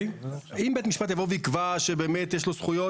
אם צריך לחדד את מה הייתה עמדת הממשלה,